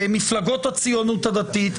מפלגות הציונות הדתית.